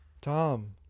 Tom